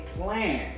plan